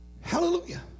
hallelujah